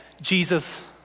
Jesus